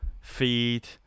feed